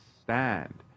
stand